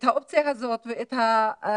האופציה הזאת והבדיקה,